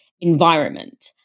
environment